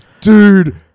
dude